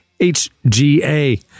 HGA